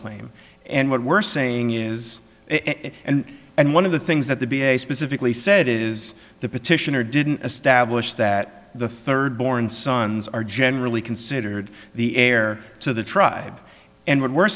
claim and what we're saying is it and and one of the things that the b a specifically said is the petitioner didn't establish that the third born sons are generally considered the heir to the tribe and what we're